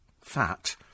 fat